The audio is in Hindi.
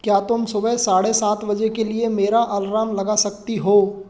क्या तुम सुबह साढ़े सात बजे के लिए मेरा अलरम लगा सकती हो